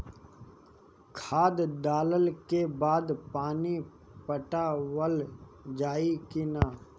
खाद डलला के बाद पानी पाटावाल जाई कि न?